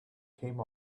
came